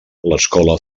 l’escola